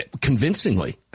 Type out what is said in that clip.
convincingly